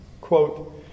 Quote